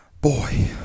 Boy